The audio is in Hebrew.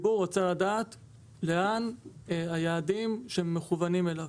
הציבור רוצה לדעת לאן היעדים שמכוונים אליו.